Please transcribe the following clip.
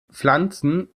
pflanzen